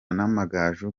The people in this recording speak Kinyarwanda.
n’amagaju